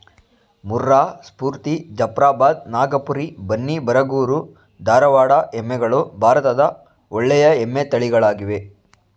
ಮುರ್ರಾ, ಸ್ಪೂರ್ತಿ, ಜಫ್ರಾಬಾದ್, ನಾಗಪುರಿ, ಬನ್ನಿ, ಬರಗೂರು, ಧಾರವಾಡ ಎಮ್ಮೆಗಳು ಭಾರತದ ಒಳ್ಳೆಯ ಎಮ್ಮೆ ತಳಿಗಳಾಗಿವೆ